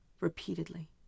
repeatedly